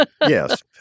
Yes